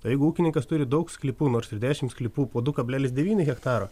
tai jeigu ūkininkas turi daug sklypų nors ir dešimt sklypų po du kablelis devyni hektaro